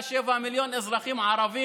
באה לי בחילה, אני זקוק לכדורים.